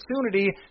opportunity